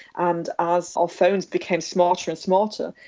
and as our phones became smarter and smarter,